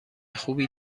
خوبی